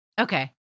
okay